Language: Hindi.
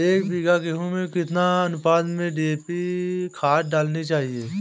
एक बीघे गेहूँ में कितनी अनुपात में डी.ए.पी खाद डालनी चाहिए?